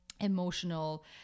emotional